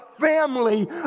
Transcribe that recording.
family